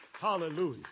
Hallelujah